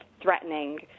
threatening